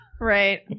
right